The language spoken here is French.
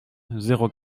zéro